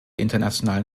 internationalen